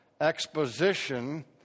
exposition